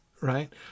right